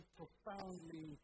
profoundly